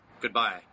goodbye